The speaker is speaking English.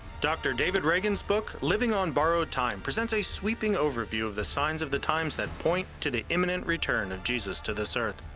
dr. david reagan's book, living on borrowed time, presents a sweeping overview of the signs of the times that point to the imminent return of jesus to this earth.